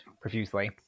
profusely